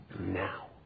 now